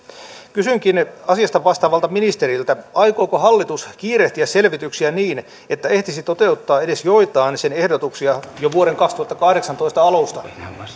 kysynkin asiasta vastaavalta ministeriltä aikooko hallitus kiirehtiä selvityksiä niin että ehtisi toteuttaa edes joitain sen ehdotuksia jo vuoden kaksituhattakahdeksantoista alusta